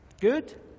Good